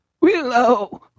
Willow